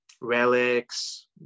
relics